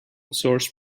source